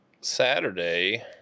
Saturday